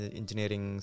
engineering